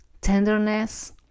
tenderness